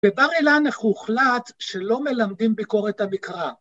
‫בבר אילן הוחלט ‫שלא מלמדים ביקורת המקרא.